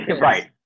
right